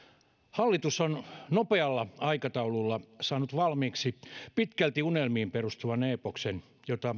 hallitus on nopealla aikataululla saanut valmiiksi pitkälti unelmiin perustuvan eepoksen jota